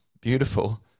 beautiful